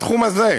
בתחום הזה,